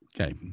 okay